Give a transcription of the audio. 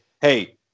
hey